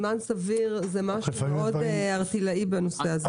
זמן סביר זה משהו מאוד ערטילאי בנושא הזה.